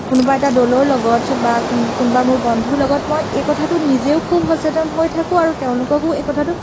কোনোবা এটা দলৰ লগত বা কোন কোনবা মোৰ বন্ধুৰ লগত মই এই কথাটো নিজেও খুব সচেতন হৈ থাকোঁ আৰু তেওঁলোককো এই কথাটো